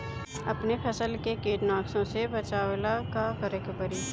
अपने फसल के कीटनाशको से बचावेला का करे परी?